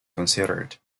considered